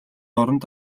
оронд